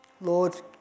Lord